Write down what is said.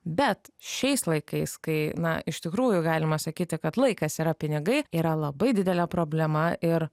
bet šiais laikais kai na iš tikrųjų galima sakyti kad laikas yra pinigai yra labai didelė problema ir